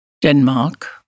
Denmark